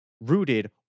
rooted